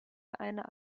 einer